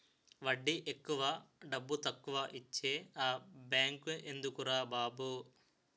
వడ్డీ ఎక్కువ డబ్బుతక్కువా ఇచ్చే ఆ బేంకెందుకురా బాబు